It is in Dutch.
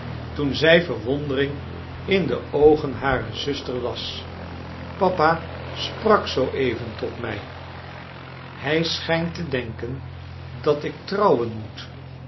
toen zij verwondering in de oogen harer zuster las papa sprak zooeven tot mij hij schijnt te denken dat ik trouwen moet